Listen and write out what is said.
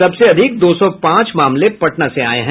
सबसे अधिक दो सौ पांच मामले पटना से सामने आये हैं